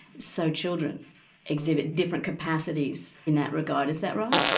so children exhibit different capacities in that regard. is that right?